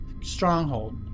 stronghold